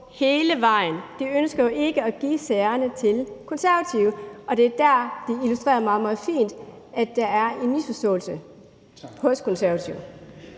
hele vejen. De ønsker jo ikke at give sagerne til Konservative, og det er der, det illustrerer meget, meget fint, at der er en misforståelse hos Konservative.